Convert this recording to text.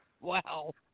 wow